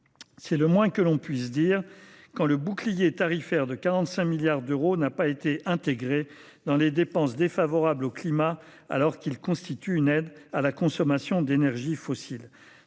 C’est le moins que l’on puisse dire, puisque le bouclier tarifaire de 45 milliards d’euros n’a pas été intégré dans les dépenses défavorables au climat, alors qu’il constitue une aide à la consommation d’énergies fossiles.